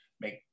make